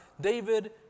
David